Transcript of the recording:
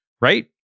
Right